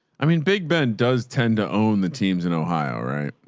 i mean, big ben does tend to own the teams in ohio, right?